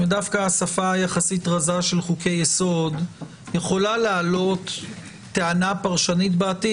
ודווקא השפה היחסית רזה של חוקי-יסוד יכולה להעלות טענה פרשנית בעתיד.